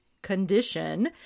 condition